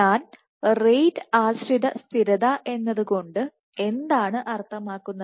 ഞാൻ റേറ്റ് ആശ്രിത സ്ഥിരത എന്നതുകൊണ്ട് എന്താണ് അർത്ഥമാക്കുന്നത്